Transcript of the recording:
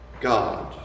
God